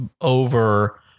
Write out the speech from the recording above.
over